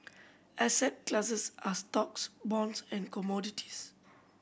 asset classes are stocks bonds and commodities